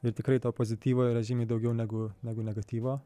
ir tikrai to pozityvo yra žymiai daugiau negu negu negatyvo